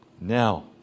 Now